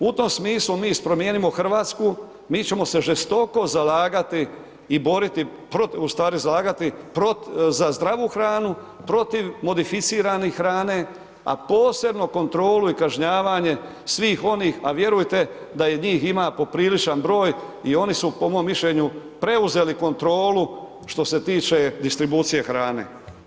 U tom smislu mi iz Promijenimo Hrvatsku, mi ćemo se žestoko zalagati i boriti, ustvari zalagati protiv, za zdravu hranu, protiv modificirane hrane, a posebno kontrolu i kažnjavanje, svih onih, a vjerujte da i njih ima popriličan broj i oni su po mom mišljenju, preuzeli kontrolu, što se tiče distribucije hrane.